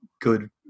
good